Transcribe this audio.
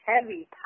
heavy